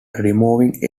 removing